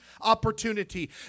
opportunity